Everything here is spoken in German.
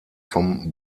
vom